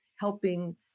helping